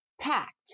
packed